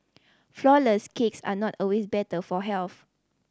flourless cakes are not always better for health